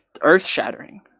earth-shattering